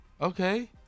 Okay